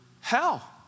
hell